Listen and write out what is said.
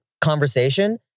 conversation